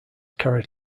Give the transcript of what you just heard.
carried